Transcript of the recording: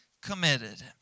committed